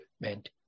meant